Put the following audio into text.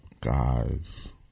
guys